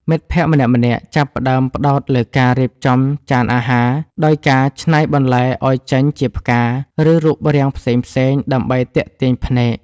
មិត្តភក្តិម្នាក់ៗចាប់ផ្ដើមផ្ដោតលើការរៀបចំចានអាហារ ដោយការច្នៃបន្លែឱ្យចេញជាផ្កា ឬរូបរាងផ្សេងៗដើម្បីទាក់ទាញភ្នែក។